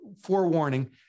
forewarning